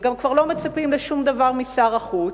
וגם כבר לא מצפים לשום דבר משר החוץ,